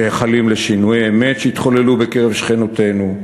מייחלים לשינויי אמת שיתחוללו בקרב שכנותינו,